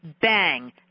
Bang